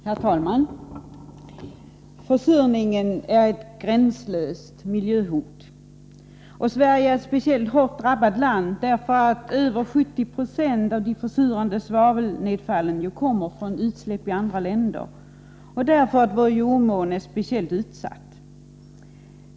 Herr talman! Försurningen är ett gränslöst miljöhot. Sverige är ett speciellt hårt drabbat land, därför att över 70 96 av de försurande svavelnedfallen kommer från utsläpp i andra länder och därför att vår jordmån är särskilt utsatt.